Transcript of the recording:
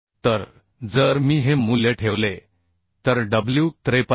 तर जर मी हे मूल्य ठेवले तर डब्ल्यू 53